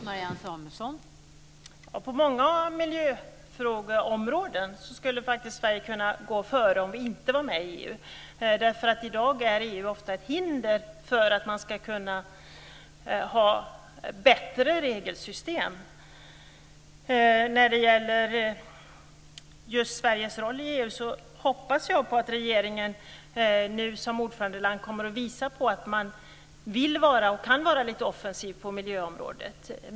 Fru talman! På många miljöfrågeområden skulle faktiskt Sverige kunna gå före om vi inte var med i EU därför att EU i dag ofta är ett hinder för att man ska kunna ha bättre regelsystem. När det gäller Sveriges roll i EU hoppas jag att regeringen nu som ordförandeland kommer att visa på att man vill och kan vara lite offensiv på miljöområdet.